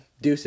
Deuces